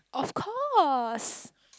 of course